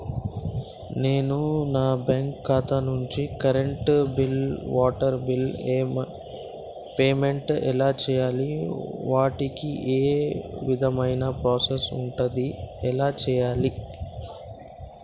నేను నా బ్యాంకు ఖాతా నుంచి కరెంట్ బిల్లో వాటర్ బిల్లో పేమెంట్ ఎలా చేయాలి? వాటికి ఏ విధమైన ప్రాసెస్ ఉంటది? ఎలా చేయాలే?